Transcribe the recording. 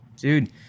Dude